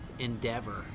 endeavor